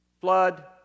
flood